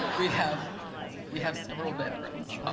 we have we have several bedrooms.